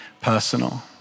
personal